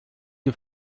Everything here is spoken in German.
die